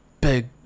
big